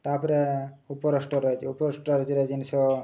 ତା'ପରେ ଉପର ଷ୍ଟୋରେଜ୍ ଉପର ଷ୍ଟୋରେଜ୍ରେ ଜିନିଷ